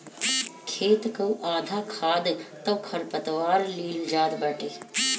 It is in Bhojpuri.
खेत कअ आधा खाद तअ खरपतवार लील जात बाटे